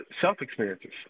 self-experiences